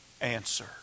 answer